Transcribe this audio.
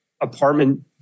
apartment